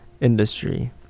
industry